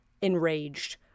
Enraged